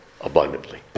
abundantly